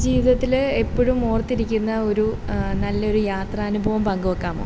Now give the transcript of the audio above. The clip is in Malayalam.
ജീവിതത്തിൽ എപ്പോഴും ഓർത്തിരിക്കുന്ന ഒരു നല്ല ഒരു യാത്രാനുഭവം പങ്കു വയ്ക്കാമോ